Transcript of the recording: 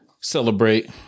Celebrate